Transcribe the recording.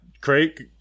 Craig